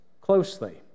closely